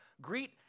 Greet